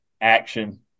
action